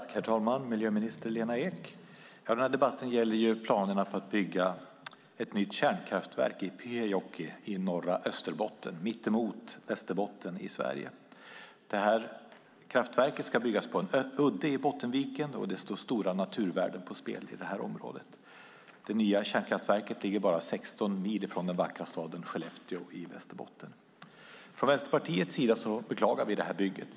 Herr talman! Tack, miljöminister Lena Ek! Den här debatten gäller planerna på att bygga ett nytt kärnkraftverk i Pyhäjoki i norra Österbotten mittemot Västerbotten i Sverige. Kraftverket ska byggas på en udde i Bottenviken, och det står stora naturvärden på spel i området. Det nya kärnkraftverket kommer att ligga bara 16 mil från den vackra staten Skellefteå i Västerbotten. Från Vänsterpartiets sida beklagar vi det bygget.